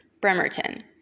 Bremerton